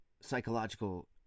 psychological